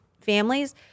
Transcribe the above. families